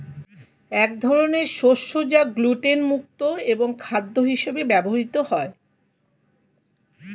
এক ধরনের শস্য যা গ্লুটেন মুক্ত এবং খাদ্য হিসেবে ব্যবহৃত হয়